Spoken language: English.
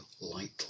lightly